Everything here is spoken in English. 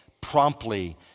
promptly